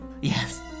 Yes